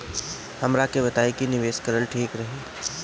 हमरा के बताई की निवेश करल ठीक रही?